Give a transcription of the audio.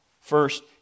First